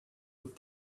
with